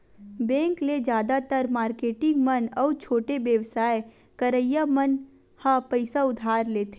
bank ले जादातर marketing मन अउ छोटे बेवसाय करइया मन ह पइसा उधार लेथे